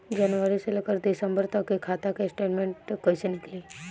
जनवरी से लेकर दिसंबर तक के खाता के स्टेटमेंट कइसे निकलि?